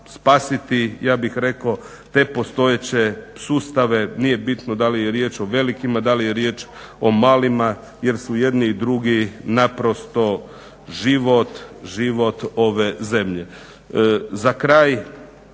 spasiti ja bih rekao te postojeće sustave, nije bitno da li je riječ o velikima, da li je riječ o malima jer su jedni i drugi naprosto život ove zemlje. Za kraj,